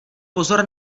pozor